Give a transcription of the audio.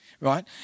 right